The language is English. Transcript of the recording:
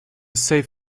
save